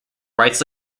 rights